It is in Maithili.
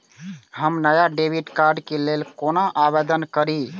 हम नया डेबिट कार्ड के लल कौना आवेदन करि?